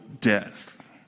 death